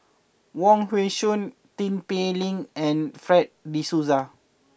Wong Hong Suen Tin Pei Ling and Fred De Souza